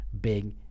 big